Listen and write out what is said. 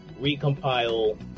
recompile